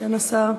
סגן השר.